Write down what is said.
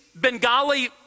Bengali